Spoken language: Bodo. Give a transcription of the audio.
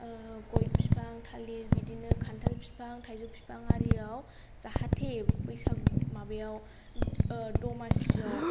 गय बिफां थालिर बिदिनो खान्थाल फिफां थाइजौ बिफां आरियाव जाहाथे बैसागु माबायाव द'मासिआव